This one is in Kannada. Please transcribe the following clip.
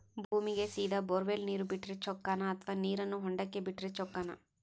ಭೂಮಿಗೆ ಸೇದಾ ಬೊರ್ವೆಲ್ ನೇರು ಬಿಟ್ಟರೆ ಚೊಕ್ಕನ ಅಥವಾ ನೇರನ್ನು ಹೊಂಡಕ್ಕೆ ಬಿಟ್ಟು ಬಿಟ್ಟರೆ ಚೊಕ್ಕನ?